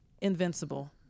invincible